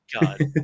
God